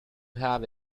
have